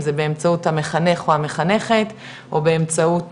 אם זה באמצעות המחנך או המחנכת או באמצעות